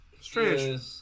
Strange